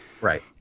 right